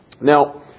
Now